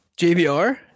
JBR